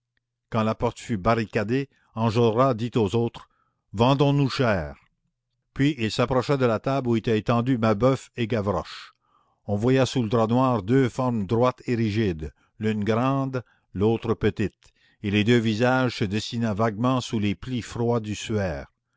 quand la porte fut barricadée enjolras dit aux autres vendons nous cher puis il s'approcha de la table où étaient étendus mabeuf et gavroche on voyait sous le drap noir deux formes droites et rigides l'une grande l'autre petite et les deux visages se dessinaient vaguement sous les plis froids du suaire